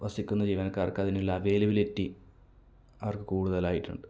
വസിക്കുന്ന ചില ആൾക്കാർക്ക് അതിനുള്ള അവൈലബിളിറ്റി അവർക്ക് കൂടുതലായിട്ടുണ്ട്